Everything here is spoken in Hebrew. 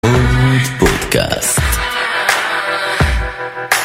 עוד מפודקאסט.